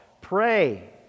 Pray